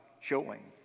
showing